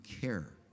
care